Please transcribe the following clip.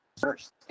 first